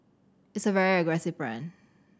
it's a very aggressive plan